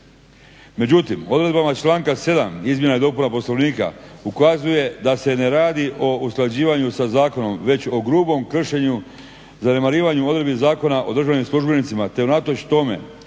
Međutim, odredbama članka 7. Izmjena i dopuna Poslovnika ukazuje da se ne radi o usklađivanju sa zakonom već o grubom kršenju i zanemarivanju odredbi Zakona o državnim službenicima te unatoč tome